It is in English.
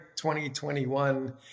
2021